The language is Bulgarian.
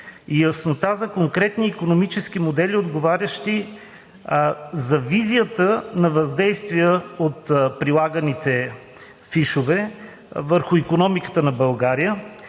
и яснота за конкретни икономически модели, отговарящи за визията на въздействия от прилаганите фишове върху икономиката на България?